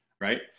right